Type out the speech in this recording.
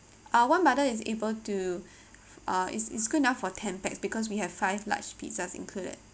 uh one bundle is equal to uh it's it's good enough for ten pax because we have five large pizza included